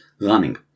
running